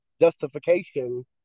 justification